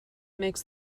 makes